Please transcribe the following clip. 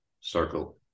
circle